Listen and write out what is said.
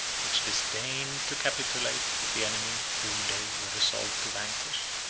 which disdained to capitulate with the enemy whom they were resolved to vanquish.